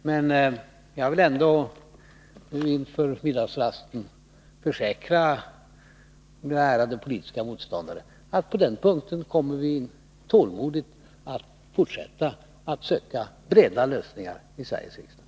Men jag vill ändå inför middagsrasten försäkra mina ärade politiska motståndare att vi på den punkten tålmodigt kommer att fortsätta att söka breda lösningar i Sveriges riksdag.